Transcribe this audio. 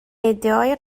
ادعای